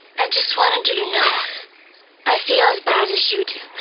i just wanted you to now i feel as bad as you do.